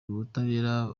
ubutabera